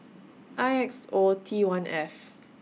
I X O T one F